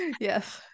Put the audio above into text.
yes